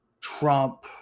Trump